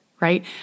right